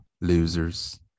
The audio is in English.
losers